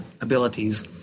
abilities